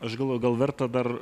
aš galvoju gal verta dar